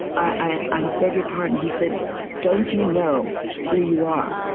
i um beg your pardon? he said don't you know who you are?